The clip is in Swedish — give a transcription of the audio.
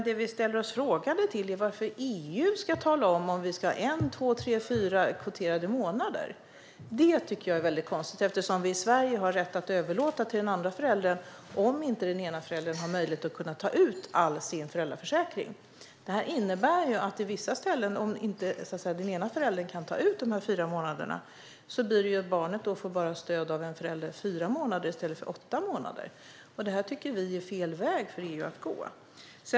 Det vi ställer oss frågande till är varför EU ska tala om ifall vi ska ha en, två, tre eller fyra kvoterade månader. Det tycker jag är konstigt. I Sverige har man rätt att överlåta tid till den andra föräldern om den ena föräldern inte har möjlighet att ta ut all sin föräldraförsäkring. Det innebär i vissa fall att om den ena föräldern inte kan ta ut de fyra månaderna får barnet bara stöd av en förälder i fyra månader i stället för i åtta månader. Det tycker vi är fel väg för EU att gå.